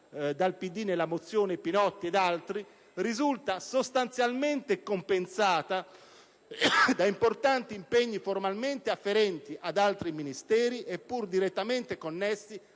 108 (testo 2), Pinotti ed altri - risulta sostanzialmente compensata da importanti impegni formalmente afferenti ad altri Ministeri eppure direttamente connessi